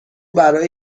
برای